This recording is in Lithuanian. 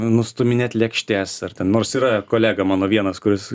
nustūminėt lėkštes ar ten nors yra kolega mano vienas kuris